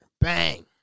Bang